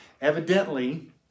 Evidently